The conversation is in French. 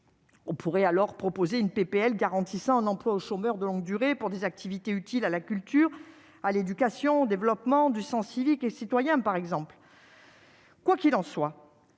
On pourrait alors proposer une PPL garantissant un emploi aux chômeurs de longue durée pour des activités utiles à la culture à l'éducation, développement du sens civique et citoyen par exemple. Quoi qu'il en soit,